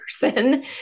person